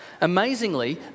Amazingly